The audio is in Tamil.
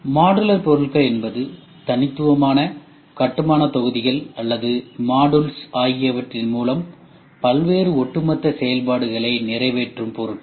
மாடுலர் பொருட்கள் என்பது தனித்துவமான கட்டுமானத் தொகுதிகள் அல்லது மாடுல்ஸ் ஆகியவற்றின் மூலம் பல்வேறு ஒட்டுமொத்த செயல்பாடுகளை நிறைவேற்றும் பொருட்கள்